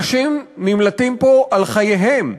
אנשים נמלטים פה על חייהם,